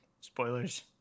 Spoilers